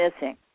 missing